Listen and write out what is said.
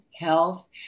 health